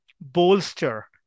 bolster